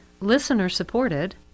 listener-supported